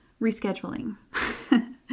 rescheduling